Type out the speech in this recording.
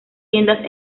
tiendas